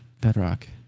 bedrock